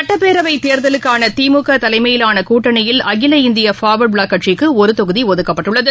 சட்டப்பேரவைத் தேர்தலுக்கானதிமுகதலைமையிலானகூட்டணியில் அகில இந்திய ஃபார்வர்டுபிளாக் கட்சிக்குஒருதொகுதிஒதுக்கப்பட்டுள்ளது